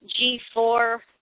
G4